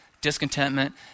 discontentment